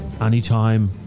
anytime